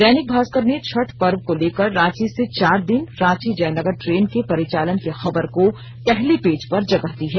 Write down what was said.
दैनिक भास्कर ने छठ पर्व को लेकर रांची से चार दिन रांची जयनगर ट्रेन के परिचालन की खबर को पहले पेज पर जगह दी है